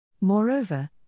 Moreover